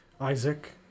Isaac